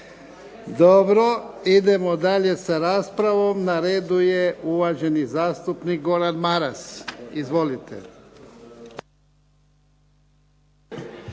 Dobro. Idemo dalje sa raspravom. Na redu uvaženi zastupnik Goran Maras. Izvolite.